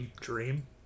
Dream